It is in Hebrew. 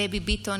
דבי ביטון,